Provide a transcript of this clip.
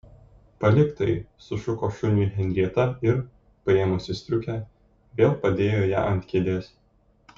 palik tai sušuko šuniui henrieta ir paėmusi striukę vėl padėjo ją ant kėdės